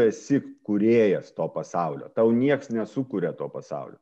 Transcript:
esi kūrėjas to pasaulio tau nieks nesukuria to pasaulio